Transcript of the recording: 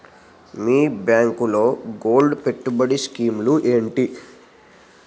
మీ బ్యాంకులో గోల్డ్ పెట్టుబడి స్కీం లు ఏంటి వున్నాయి?